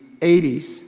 80s